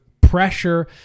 pressure